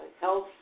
health